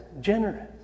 generous